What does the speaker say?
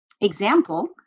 Example